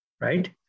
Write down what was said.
right